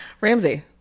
ramsey